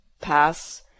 pass